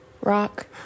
Rock